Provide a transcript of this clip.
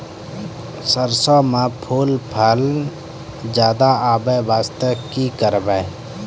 सरसों म फूल फल ज्यादा आबै बास्ते कि करबै?